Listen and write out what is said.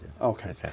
Okay